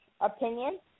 Opinion